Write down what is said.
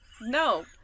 no